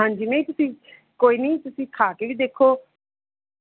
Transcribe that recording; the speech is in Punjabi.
ਹਾਂਜੀ ਨਹੀਂ ਤੁਸੀਂ ਕੋਈ ਨਹੀਂ ਤੁਸੀਂ ਖਾ ਕੇ ਵੀ ਦੇਖੋ